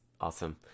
Awesome